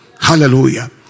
Hallelujah